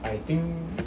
I think